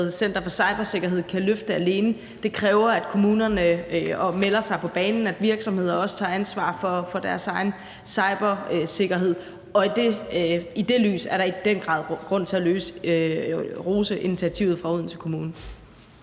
Center for Cybersikkerhed kan løfte alene. Det kræver, at kommunerne melder sig på banen, og at virksomheder også tager ansvar for deres egen cybersikkerhed. Og i det lys er der i den grad grund til at rose initiativet fra Odense Kommune.